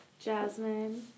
Jasmine